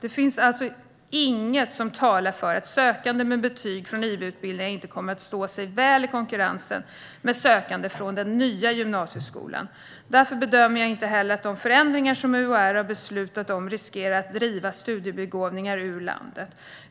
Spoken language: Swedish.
Det finns alltså inget som talar för att sökande med betyg från IB-utbildning inte kommer att stå sig väl i konkurrensen med sökande från den nya gymnasieskolan. Därför bedömer jag inte heller att de förändringar som UHR har beslutat om riskerar att driva studiebegåvningar ur landet.